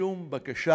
לשום בקשה.